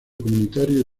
comunitario